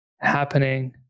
happening